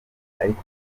ariko